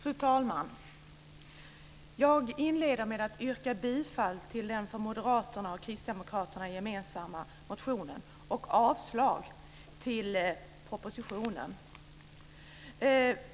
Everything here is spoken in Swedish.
Fru talman! Jag inleder med att yrka bifall till den för moderaterna och kristdemokraterna gemensamma motionen och avslag på propositionen.